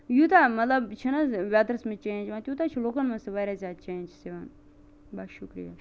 یوٗتاہ مَطلَب چھُ نہ حظ ویٚدرَس چینٛج یِوان تیوتاہ چھ لُکَن مَنٛز تہ واریاہ زیادٕ چینٛجس یِوان بس شُکریہ